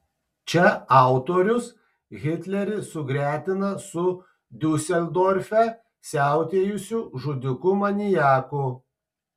čia autorius hitlerį sugretina su diuseldorfe siautėjusiu žudiku maniaku